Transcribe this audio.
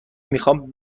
میخام